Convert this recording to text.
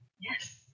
Yes